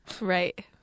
Right